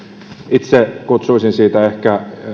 itse käyttäisin siitä ehkä